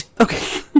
Okay